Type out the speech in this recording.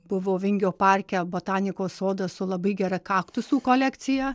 buvo vingio parke botanikos sodas su labai gera kaktusų kolekcija